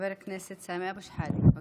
חבר הכנסת סמי אבו שחאדה, בבקשה.